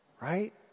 right